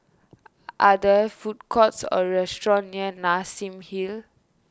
are there food courts or restaurants near Nassim Hill